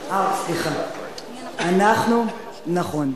סליחה, נכון.